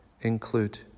include